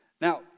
Now